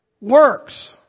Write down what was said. works